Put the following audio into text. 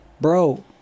bro